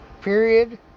period